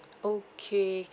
okay